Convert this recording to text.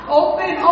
open